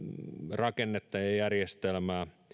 rakennetta ja ja järjestelmää